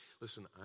Listen